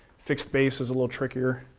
fixed base is a little trickier.